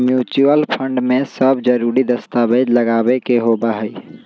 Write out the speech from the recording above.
mutual fund में सब जरूरी दस्तावेज लगावे के होबा हई